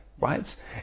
right